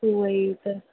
उहेई त